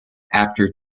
after